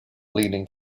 leaning